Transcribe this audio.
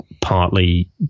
partly